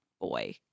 boy